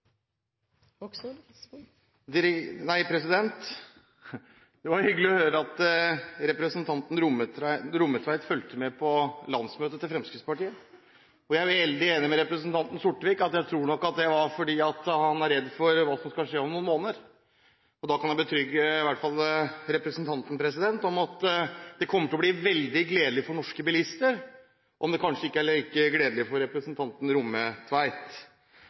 enig med representanten Sortevik i at det nok var fordi at han var redd for hva som skal skje om noen måneder. Det jeg i hvert fall kan forsikre representanten om, er at det kommer til å bli veldig gledelig for norske bilister – om det kanskje ikke er like gledelig for representanten Rommetveit.